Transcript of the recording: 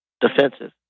defensive